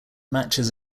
matches